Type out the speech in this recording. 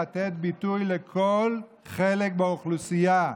לתת ביטוי לכל חלק באוכלוסייה,